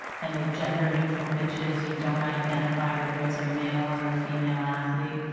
and they're gender neutral pitches. you don't identify whether it's a male or a female athlete,